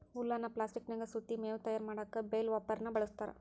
ಹುಲ್ಲನ್ನ ಪ್ಲಾಸ್ಟಿಕನ್ಯಾಗ ಸುತ್ತಿ ಮೇವು ತಯಾರ್ ಮಾಡಕ್ ಬೇಲ್ ವಾರ್ಪೆರ್ನ ಬಳಸ್ತಾರ